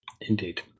Indeed